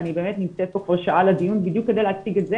ואני באמת נמצאת פה כבר שעה על הדיון בדיוק כדי להציג את זה.